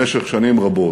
במשך שנים רבות,